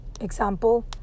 example